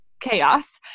chaos